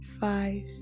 Five